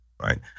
Right